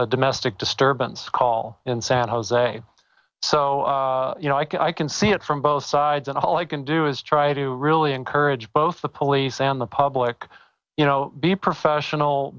a domestic disturbance call in san jose so you know i can see it from both sides and all i can do is try to really encourage both the police and the public you know be professional